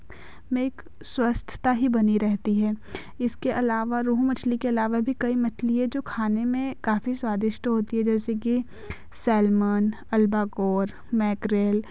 एक स्वस्थता ही बनी रहती है इसके आलावा रोहू मछली के आलावा कई मछली हैं जो खाने में काफ़ी स्वादिष्ट होती हैं जैसे कि सैलमन अल्बाकोर मैकरेल